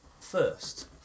first